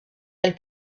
elle